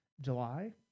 july